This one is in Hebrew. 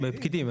פקידים.